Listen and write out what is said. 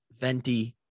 venti